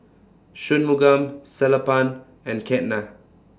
Shunmugam Sellapan and Ketna